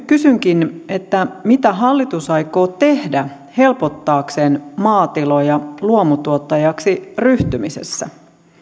kysynkin mitä hallitus aikoo tehdä helpottaakseen maatiloja luomutuottajaksi ryhtymisessä